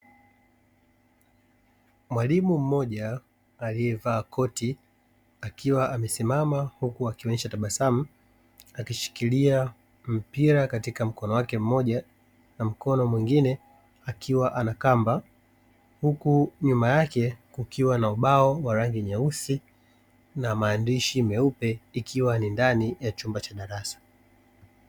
Mwalimu mmoja aliyevaa koti akiwa amesimama huku akionyesha tabasamu, akishikilia mpira katika mkono wake mmoja na mkono mwingine akiwa ana kamba huku nyuma yake kukiwa na ubao wa rangi nyeusi na maandishi meupe, ikiwa ni ndani ya chumba cha darasa.